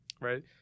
Right